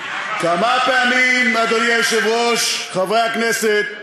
לפחות, כמה פעמים, אדוני היושב-ראש, חברי הכנסת,